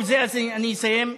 ובזה אני אסיים,